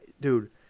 dude